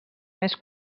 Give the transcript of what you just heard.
més